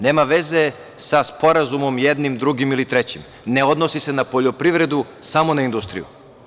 Nema veze sa sporazumom jedni, drugim ili trećim, ne odnosi se na poljoprivredu, samo na industriju.